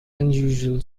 unusual